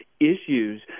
issues